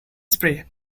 spray